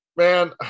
Man